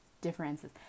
differences